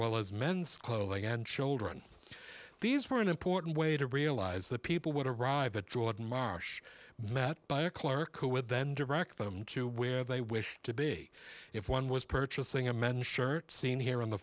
well as men's clothing and children these were an important way to realize that people would arrive at jordan marsh met by a clerk who would then direct them to where they wish to be if one was purchasing a men shirt seen here in the